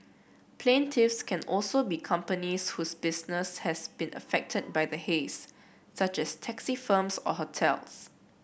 plaintiffs can also be companies whose business has been affected by the haze such as taxi firms or hotels